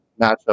matchup